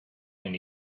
and